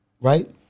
right